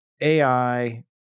AI